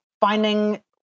finding